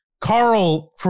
Carl